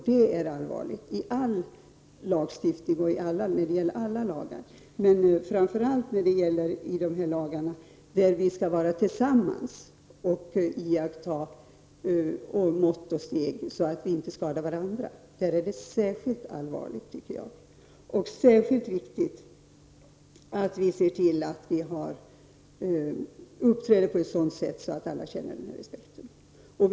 Det är allvarligt när det gäller alla lagar, framför allt när det gäller för den lagstiftning där vi människor skall agera tillsammans och iaktta mått och steg, så att vi inte skadar varandra. Det är särskilt viktigt att vi ser till att vi uppträder så att alla känner denna respekt.